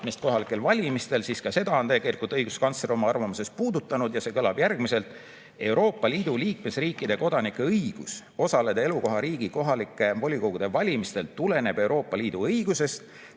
äravõtmist – ka seda on õiguskantsler oma arvamuses puudutanud. See kõlab järgmiselt: "Euroopa Liidu liikmesriikide kodanike õigus osaleda elukohariigi kohalike volikogude valimistel tuleneb Euroopa Liidu õigusest